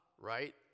Right